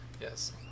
yes